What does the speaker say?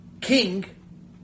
king